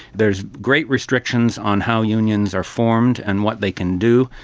there's great restrictions on how unions are formed and what they can do.